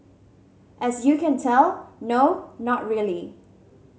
as you can tell no not really